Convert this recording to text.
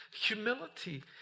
Humility